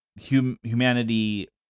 humanity